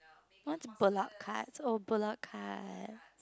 what's ballot card oh ballot cards